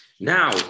Now